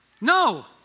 no